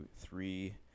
three